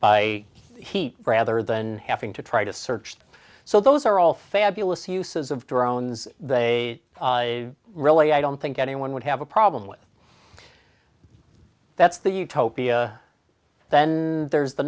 them heat rather than having to try to search the so those are all fabulous uses of drones they really i don't think anyone would have a problem with that's the utopia then there's the